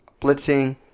blitzing